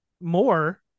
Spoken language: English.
more